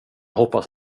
hoppas